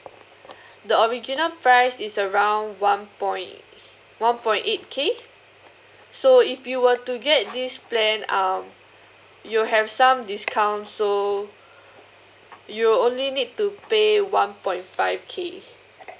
the original price is around one point one point eight K so if you were to get this plan um you'll have some discount so you only need to pay one point five K